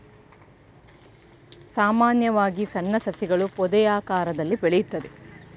ಸಾಮಾನ್ಯವಾಗಿ ಸಣ್ಣ ಸಸಿಗಳು ಪೊದೆಯಾಕಾರದಲ್ಲಿ ಬೆಳೆಯುತ್ತದೆ